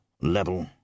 level